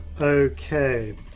Okay